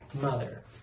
mother